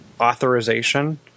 authorization –